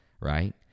right